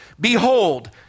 Behold